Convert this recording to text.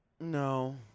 no